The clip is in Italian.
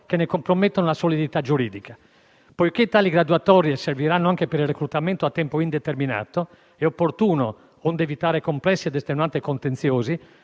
che ne compromettono la solidità giuridica. Poiché tali graduatorie serviranno anche per il reclutamento a tempo indeterminato, è opportuno, onde evitare complessi ed estenuanti contenziosi,